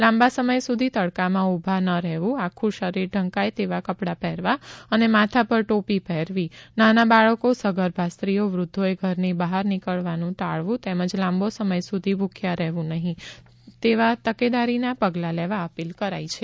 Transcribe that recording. લાંબા સમય સુધી તડકામાં ઉભા ન રહેવું આખું શરીર ઢંકાય તેવા કપડા પહેરવા અને માથા પર ટોપી પહેરવી નાના બાળકો સગર્ભા સ્ત્રીઓ વૃદ્વોએ ઘરની બહાર નીકળવાનું ટાળવું તેમજ લાંબો સમય સુધી ભુખ્યા રહેવું નહીં જેવા તકેદારી પગલા લેવા અપીલ કરાઇ છે